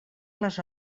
les